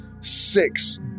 six